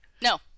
No